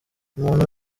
umuntu